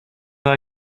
par